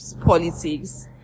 politics